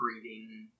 breeding